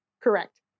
Correct